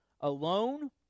alone